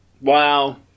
Wow